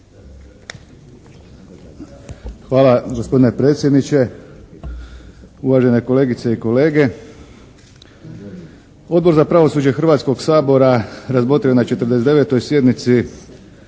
Hvala. Gospodine predsjedniče, uvažene kolegice i kolege. Odbor za pravosuđe Hrvatskog sabora razmotrio je na 49. sjednici